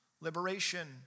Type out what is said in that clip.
Liberation